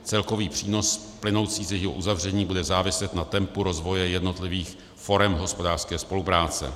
Celkový přínos plynoucí z jejího uzavření bude záviset na tempu rozvoje jednotlivých forem hospodářské spolupráce.